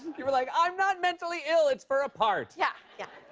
you were like, i'm not mentally ill. it's for a part. yeah, yeah.